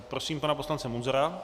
Prosím pana poslance Munzara.